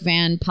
Van